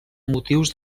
motius